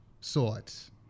sorts